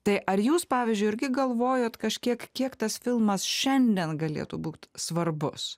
tai ar jūs pavyzdžiui irgi galvojot kažkiek kiek tas filmas šiandien galėtų būt svarbus